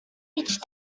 each